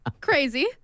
crazy